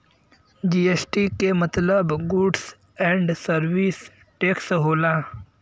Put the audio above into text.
GST के मतलब goods and service tax होला